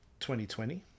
2020